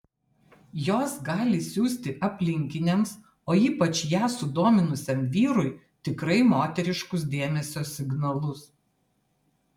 jos gali siųsti aplinkiniams o ypač ją sudominusiam vyrui tikrai moteriškus dėmesio signalus